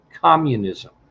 communism